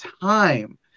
time